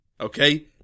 okay